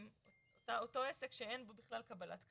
אותו עסק שאין בו בכלל קבלת קהל.